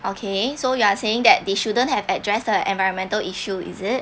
okay so you are saying that they shouldn't have address the environmental issue is it